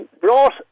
brought